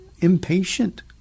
impatient